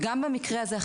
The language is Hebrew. גם במקרה הזה,